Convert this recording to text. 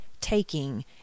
taking